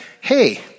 Hey